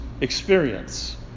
experience